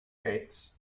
fets